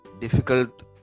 difficult